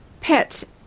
pets